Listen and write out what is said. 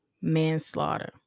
manslaughter